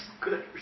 Good